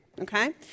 Okay